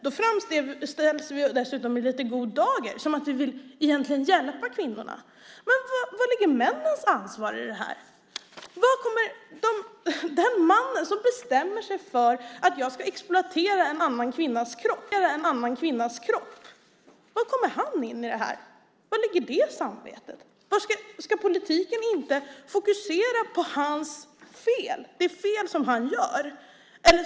Då framställs vi dessutom i lite god dager, som om vi egentligen vill hjälpa kvinnorna. Men var ligger männens ansvar i det här? Den man som bestämmer sig för att han ska exploatera en kvinnas kropp, var kommer han in i det här? Var ligger det samvetet? Ska politiken inte fokusera på det fel som han gör?